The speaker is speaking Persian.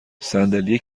صندلی